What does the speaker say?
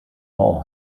law